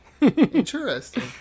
Interesting